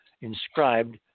inscribed